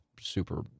super